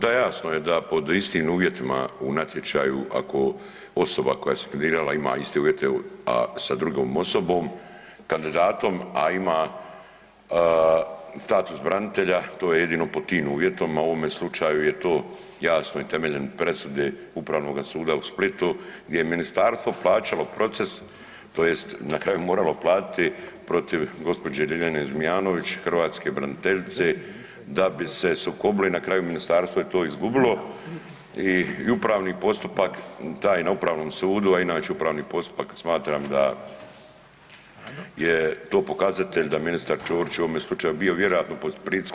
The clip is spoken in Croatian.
Da, jasno je da pod istim uvjetima u natječaju ako osoba koja se kandidirala ima iste uvjete, a sa drugom osobom kandidatom, a ima status branitelja, to je jedino pod tim uvjetom, a u ovome slučaju je to jasno i temeljem presude Upravnoga suda u Splitu gdje je ministarstvo plaćalo proces tj. na kraju moralo platiti protiv gđe. Ljiljane Zmijanović, hrvatske braniteljice, da bi se sukobili i na kraju ministarstvo je to izgubilo i upravni postupak, taj na upravnom sudu, a inače upravni postupak smatram da je to pokazatelj da ministar Ćorić je u ovome slučaju bio vjerojatno pod pritiskom.